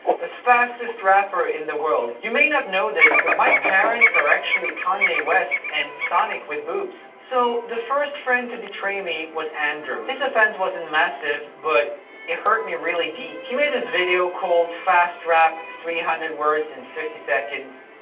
the fastest rapper in the world. you may not know this but my parents are actually kanye west and sonic with boobs. so the first friend to betray me was andrew. his offense wasn't massive but it hurt me really deep. he made this video called fast rap three hundred words in fifty seconds.